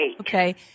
Okay